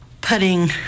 Putting